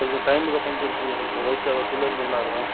కొంచెం టైంకి పంపించండి మేడం ఇక్కడ వయసున్న పిల్లలు ఉన్నారు